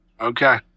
Okay